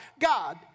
God